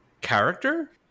character